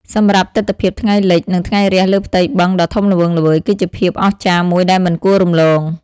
សម្រាប់ទិដ្ឋភាពថ្ងៃលិច និងថ្ងៃរះលើផ្ទៃបឹងដ៏ធំល្វឹងល្វើយ គឺជាភាពអស្ចារ្យមួយដែលមិនគួររំលង។